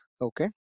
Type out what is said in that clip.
okay